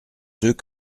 ceux